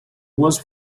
was